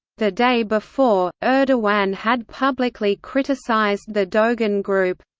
the day before, erdogan had publicly criticized the dogan group.